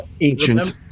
ancient